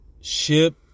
Ship